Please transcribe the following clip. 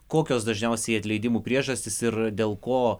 kokios dažniausiai atleidimų priežastys ir dėl ko